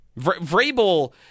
Vrabel